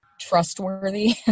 trustworthy